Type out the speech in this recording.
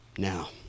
Now